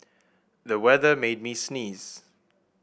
the weather made me sneeze